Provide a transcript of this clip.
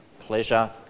pleasure